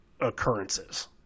occurrences